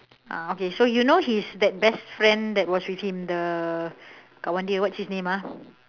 uh okay so you know he's that best friend that was with him the one there what's his name ah